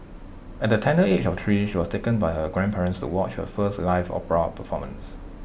at the tender age of three she was taken by her grandparents to watch her first live opera performance